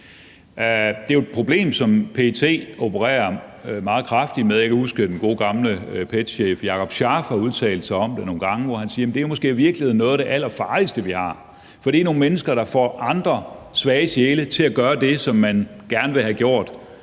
Det er jo et problem, som PET beskæftiger sig meget med, og jeg kan huske, at den gode gamle PET-chef Jakob Scharf har udtalt sig om det nogle gange, hvor han siger, at det måske i virkeligheden er noget af det allerfarligste, vi har, for det er nogle mennesker, der får andre svage sjæle til at gøre det, som man gerne vil have gjort.